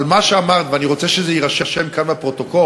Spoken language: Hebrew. אבל מה שאמרת, ואני רוצה שזה יירשם כאן בפרוטוקול,